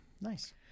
Nice